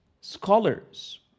scholars